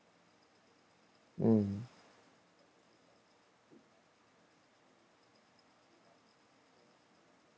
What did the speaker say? mm